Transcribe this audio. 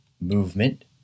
movement